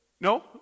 No